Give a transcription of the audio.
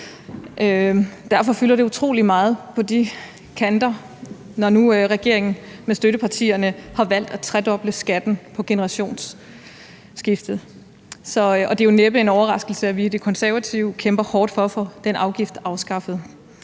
Derfor fylder det utrolig meget på de kanter, når nu regeringen med støttepartierne har valgt at tredoble skatten på generationsskiftet, og det er jo næppe en overraskelse, at vi i Det Konservative Folkeparti kæmper hårdt for at få den afgift afskaffet.